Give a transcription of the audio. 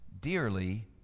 dearly